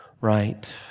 right